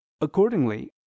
accordingly